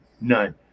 none